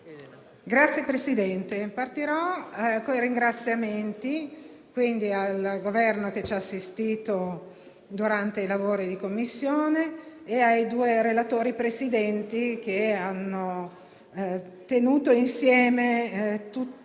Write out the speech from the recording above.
Signor Presidente, inizierò con i ringraziamenti al Governo che ci ha assistito durante i lavori di Commissione e ai due relatori Presidenti che hanno tenuto insieme tutto